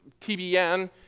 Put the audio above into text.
TBN